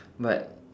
but